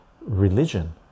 religion